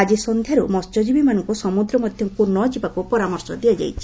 ଆଜି ସନ୍ଧ୍ୟାରୁ ମସ୍ୟଜୀବୀମାନଙ୍କୁ ସମୁଦ୍ର ମଧ୍ୟକୁ ନ ଯିବାକୁ ପରାମର୍ଶ ଦିଆଯାଇଛି